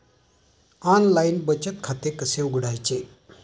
Online बचत खाते कसे उघडायचे?